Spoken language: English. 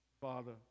Father